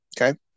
okay